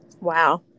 wow